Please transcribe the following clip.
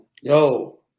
yo